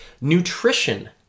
nutrition